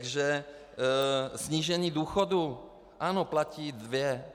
Takže snížení důchodů, ano platí dvě.